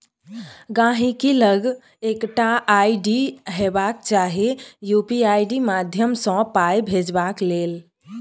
गांहिकी लग एकटा आइ.डी हेबाक चाही यु.पी.आइ माध्यमसँ पाइ भेजबाक लेल